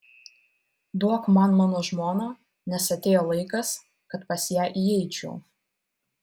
duok man mano žmoną nes atėjo laikas kad pas ją įeičiau